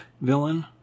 villain